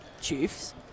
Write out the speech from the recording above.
Chiefs